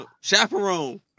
Chaperone